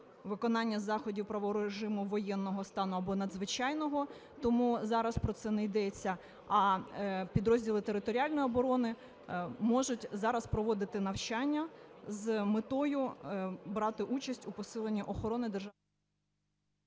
виконання заходів правового режиму воєнного стану або надзвичайного. Тому зараз про це не йдеться. А підрозділи територіальної оборони можуть зараз проводити навчання з метою брати участь у посиленні охорони …